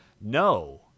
no